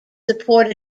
support